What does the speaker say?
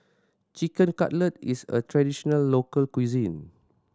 Chicken Cutlet is a traditional local cuisine